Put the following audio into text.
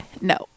No